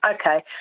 okay